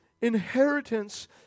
inheritance